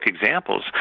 examples